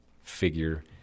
figure